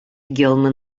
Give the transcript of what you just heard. gilman